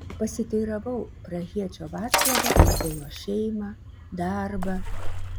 pasiteiravau prahiečio vaclavo apie jo šeimą darbą